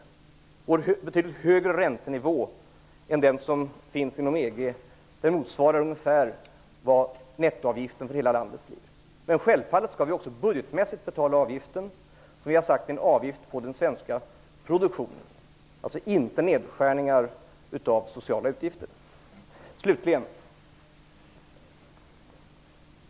Det är fråga om betydligt högre räntenivåer än de som finns inom EG. De motsvarar ungefär hela nettoavgiften för landet. Men självfallet skall landet också budgetmässigt betala avgiften. Vi har sagt att det är en avgift på den svenska produktionen. Det är alltså inte fråga om nedskärningar av sociala utgifter.